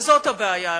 וזאת הבעיה המרכזית.